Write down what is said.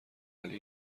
ولی